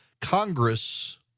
Congress